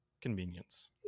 convenience